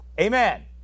Amen